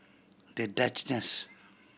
The Duchess